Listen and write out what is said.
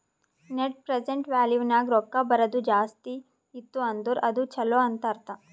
net present value ನಾಗ್ ರೊಕ್ಕಾ ಬರದು ಜಾಸ್ತಿ ಇತ್ತು ಅಂದುರ್ ಅದು ಛಲೋ ಅಂತ್ ಅರ್ಥ